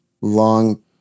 long